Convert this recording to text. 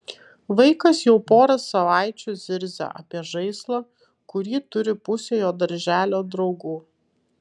vaikas jau porą savaičių zirzia apie žaislą kurį turi pusė jo darželio draugų